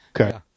Okay